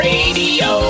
Radio